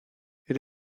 elle